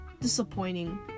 disappointing